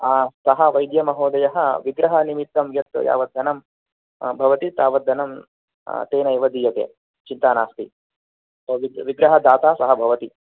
सः वैद्यमहोदयः विग्रहनिमित्तं यत् यावत् धनं भवति तावद् धनं तेनैव दीयते चिन्ता नास्ति विग् विग्रहदाता सः भवति